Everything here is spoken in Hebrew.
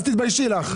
אז תתביישי לך.